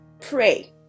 pray